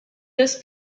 this